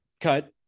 cut